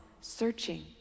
searching